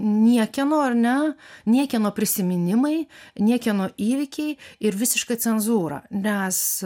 niekieno ar ne niekieno prisiminimai niekieno įvykiai ir visiška cenzūra nes